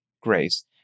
grace